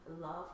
love